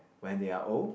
when they are old